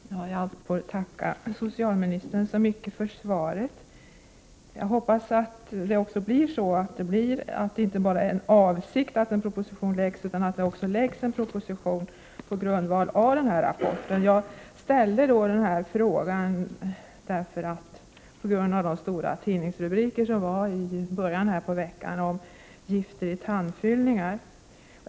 Herr talman! Jag får tacka socialministern så mycket för svaret. Jag hoppas att man inte bara har för avsikt att lägga fram en proposition utan att det också lämnas en proposition på grundval av rapporten. Jag ställde min fråga med anledning av de stora tidningsrubrikerna i början av veckan om gifter i tandfyllningar.